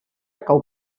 cau